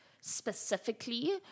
specifically